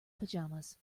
pajamas